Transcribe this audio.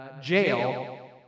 jail